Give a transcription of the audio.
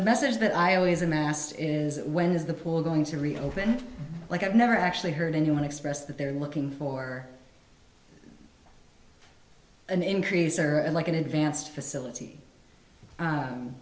the message that i always amassed is when is the pool going to really open like i've never actually heard anyone express that they're looking for an increase or at like an advanced facility